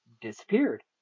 disappeared